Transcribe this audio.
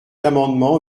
amendement